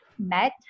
met